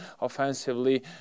offensively